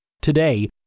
Today